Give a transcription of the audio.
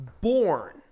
born